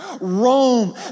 Rome